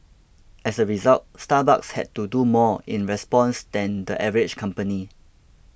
as a result Starbucks had to do more in response than the average company